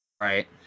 Right